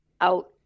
out